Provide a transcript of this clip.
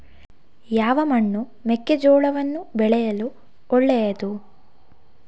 ಯಾವ ಮಣ್ಣು ಮೆಕ್ಕೆಜೋಳವನ್ನು ಬೆಳೆಯಲು ಒಳ್ಳೆಯದು?